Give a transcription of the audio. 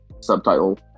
subtitle